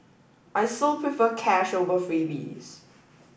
I so prefer cash over freebies